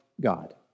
God